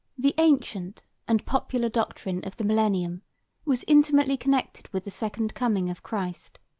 the ancient and popular doctrine of the millennium was intimately connected with the second coming of christ.